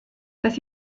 beth